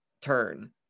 turn